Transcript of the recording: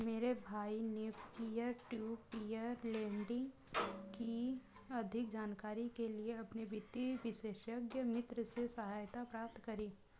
मेरे भाई ने पियर टू पियर लेंडिंग की अधिक जानकारी के लिए अपने वित्तीय विशेषज्ञ मित्र से सहायता प्राप्त करी